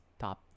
top